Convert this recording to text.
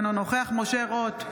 אינו נוכח משה רוט,